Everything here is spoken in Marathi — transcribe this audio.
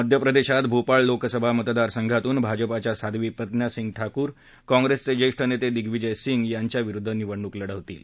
मध्यप्रदर्शत भोपाळ लोकसभा मतदारसंघातून भाजपाच्या साधवी प्रज्ञा सिंग ठाकूर काँग्रस्क्रित ज्यात नसादिश्विजय सिंग यांच्याविरुद्ध निवडणूक लढवतील